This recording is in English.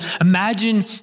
imagine